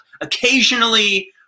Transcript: Occasionally